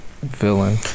villain